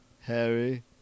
Harry